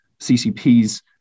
CCP's